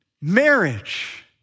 marriage